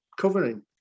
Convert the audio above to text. covering